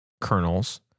kernels